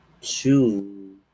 two